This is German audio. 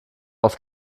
auf